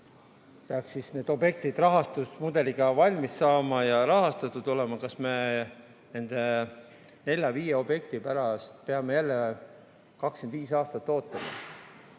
peaks siis need objektid rahastusmudeli kohaselt valmis saama ja rahastatud olema. Kas me nende nelja-viie objekti puhul peame jälle 25 aastat ootama?